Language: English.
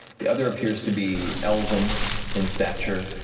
the other appears to be elven in stature,